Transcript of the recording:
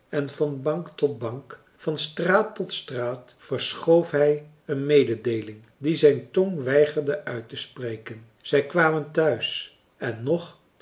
en van bank tot bank van straat tot straat verschoof hij een mededeeling die zijn tong weigerde uittespreken zij kwamen tehuis en nog